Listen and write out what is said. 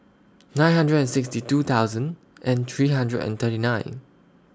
nine hundred and sixty two thousand and three hundred and thirty nine